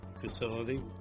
facility